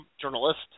journalist